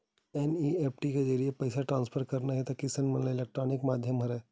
NEFT के जरिए म पइसा ट्रांसफर करना ह एक किसम के इलेक्टानिक माधियम हरय